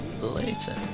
later